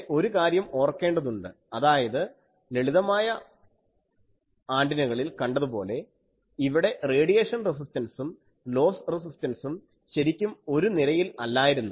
പക്ഷേ ഒരു കാര്യം ഓർക്കേണ്ടതുണ്ട് അതായത് ലളിതമായ ആൻറിനകളിൽ കണ്ടതുപോലെ ഇവിടെ റേഡിയേഷൻ റെസിസ്റ്റൻസും ലോസ്സ് റെസിസ്റ്റൻസും ശരിക്കും ഒരു നിരയിൽ അല്ലായിരുന്നു